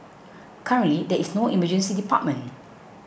currently there is no Emergency Department